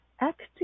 active